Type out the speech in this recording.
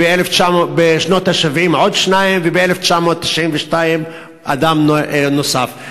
בשנות ה-70 עוד שניים וב-1992 אדם נוסף.